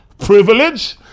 privilege